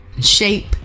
shape